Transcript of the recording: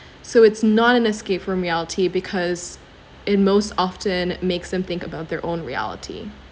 so it's not an escape from reality because it most often makes them think about their own reality